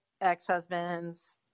ex-husband's